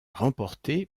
remporté